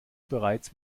bereits